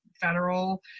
federal